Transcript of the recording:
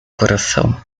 coração